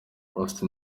austin